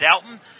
Dalton